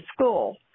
school